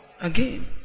again